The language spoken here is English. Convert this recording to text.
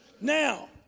Now